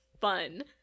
fun